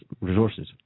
resources